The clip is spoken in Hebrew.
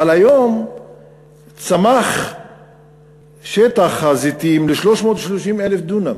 אבל היום צמח שטח הזיתים ל-330,000 דונם,